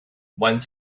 one